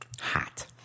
Hot